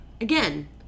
again